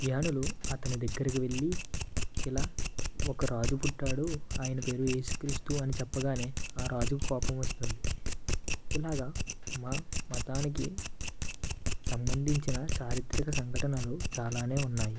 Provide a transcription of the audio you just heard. జ్ఞానులు అతని దగ్గరికి వెళ్ళి ఇలా ఒక రాజు పుట్టాడు ఆయన పేరు యేసు క్రీస్తు అని చెప్పగానే ఆ రాజుకి కోపం వస్తుంది ఇలాగా మా మతానికి సంబంధించిన చారిత్రక సంఘటనలు చాలానే ఉన్నాయి